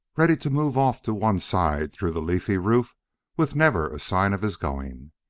ready to move off to one side through the leafy roof with never a sign of his going.